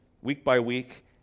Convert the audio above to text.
week-by-week